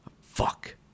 Fuck